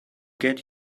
get